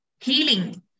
healing